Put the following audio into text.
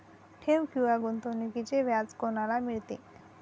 ठेव किंवा गुंतवणूकीचे व्याज कोणाला मिळते?